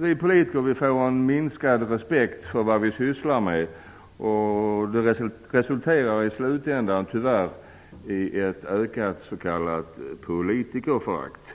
vi politiker en minskad respekt för vad vi sysslar med. Det resulterar i slutändan tyvärr i ett ökat s.k. politikerförakt.